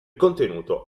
contenuto